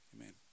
amen